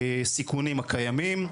הסיכונים הקיימים.